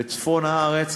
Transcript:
בצפון הארץ,